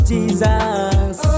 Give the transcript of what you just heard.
Jesus